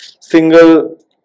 single